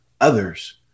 others